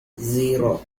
zero